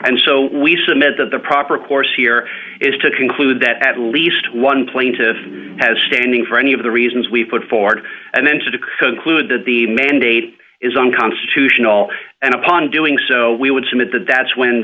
and so we submit that the proper course here is to conclude that at least one plaintiff has standing for any of the reasons we put forward and then to conclude that the mandate is unconstitutional and upon doing so we would submit that that's when